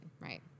right